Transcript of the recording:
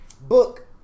Book